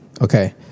okay